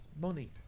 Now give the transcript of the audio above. money